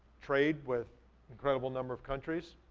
trade with incredible number of countries.